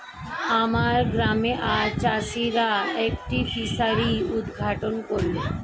আমার গ্রামে আজ চাষিরা একটি ফিসারি উদ্ঘাটন করল